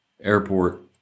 airport